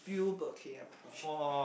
fuel per K_M oh shit